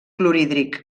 clorhídric